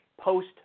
post